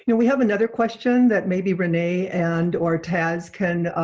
you know we have another question that maybe renee and or taz can